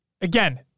again